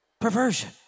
perversion